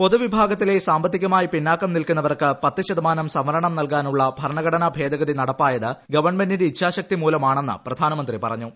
പൊതു വിഭാഗത്തിലെ സാമ്പത്തികമായി പിന്നാക്കം നിൽക്കുന്നവർക്ക് പത്ത് ശതമാനം സംവരണം നൽകാനുള്ള ഭരണഘടനാ ഭേദഗതി നടപ്പായത് ഗവൺമെന്റിന്റെ ഇച്ഛാശക്തിമൂലമാണെന്ന് പ്രധാനമന്ത്രി പറഞ്ഞു